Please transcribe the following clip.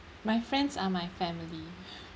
my friends are my family